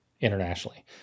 internationally